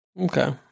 Okay